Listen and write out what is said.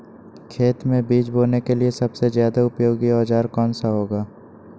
खेत मै बीज बोने के लिए सबसे ज्यादा उपयोगी औजार कौन सा होगा?